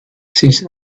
since